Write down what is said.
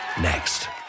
Next